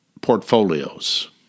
portfolios